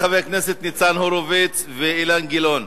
חבר הכנסת ניצן הורוביץ ואילן גלאון.